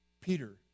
Peter